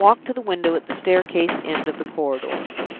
then walked to the window at the staircase end of the corridor.